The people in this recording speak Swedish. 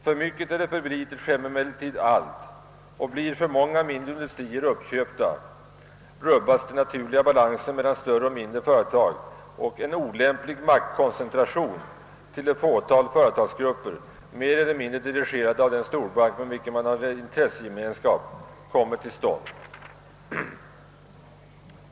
För mycket eller för litet skämmer emellertid allt, och blir alltför många mindre industrier uppköpta, rubbas den naturliga balansen mellan större och mindre företag och en olämplig maktkoncentration till ett fåtal företagsgrupper — mer eller mindre dirigerade av den storbank, med vilken man har intressegemenskap — kommer till stånd.